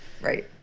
right